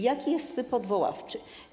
Jaki jest tryb odwoławczy?